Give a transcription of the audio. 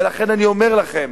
ולכן אני אומר לכם.